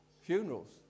Funerals